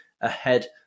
ahead